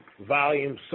volume